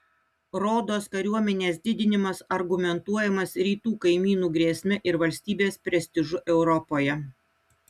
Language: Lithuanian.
rodos kariuomenės didinimas argumentuojamas rytų kaimynų grėsme ir valstybės prestižu europoje